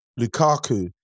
Lukaku